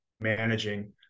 managing